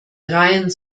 ryan